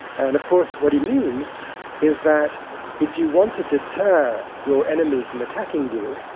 and of course what he means is that if you want to deter your enemy from attacking you,